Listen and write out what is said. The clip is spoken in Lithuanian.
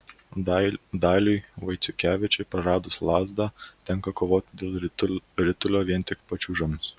daliui vaiciukevičiui praradus lazdą tenka kovoti dėl ritulio vien tik pačiūžomis